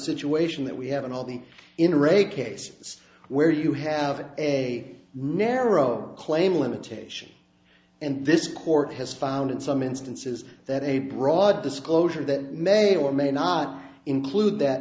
situation that we have in all the in rape cases where you have a narrow claim limitation and this court has found in some instances that a broad disclosure that may or may not include that